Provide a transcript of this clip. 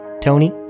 Tony